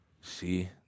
See